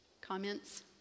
Comments